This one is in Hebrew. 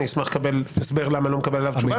אשמח לקבל תשובה על כך, למה לא מקבל תשובה.